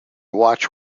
watch